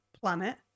planet